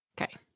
Okay